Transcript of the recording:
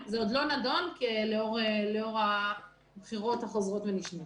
זה עדיין לא נדון, לאור הבחירות החוזרות ונשנות.